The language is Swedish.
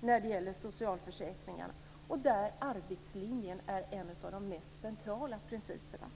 för socialförsäkringarna, och där är arbetslinjen en av de mest centrala principerna.